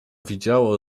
widziało